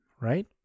right